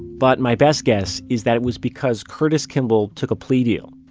but my best guess is that it was because curtis kimball took a plea deal.